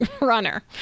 runner